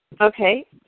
Okay